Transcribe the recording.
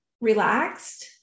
relaxed